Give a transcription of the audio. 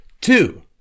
Two